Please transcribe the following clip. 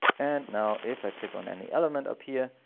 and now if i click on any element up here,